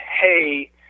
Hey